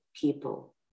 people